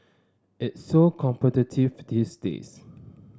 it's so competitive these days